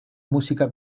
música